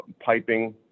piping